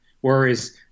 whereas